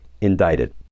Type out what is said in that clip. indicted